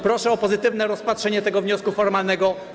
Proszę o pozytywne rozpatrzenie tego wniosku formalnego.